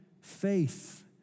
faith